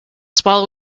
swallow